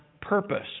purpose